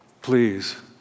Please